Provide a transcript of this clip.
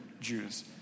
Jews